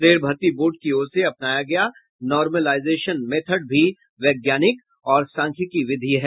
rail भर्ती board की ओर से अपनाया गया नॉर्मलाईजेशन मेथड भी वैज्ञानिक और सांख्यिकी विधि है